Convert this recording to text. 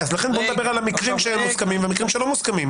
לכן בוא נדבר על המקרים שהם מוסכמים ועל המקרים שהם לא מוסכמים.